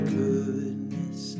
goodness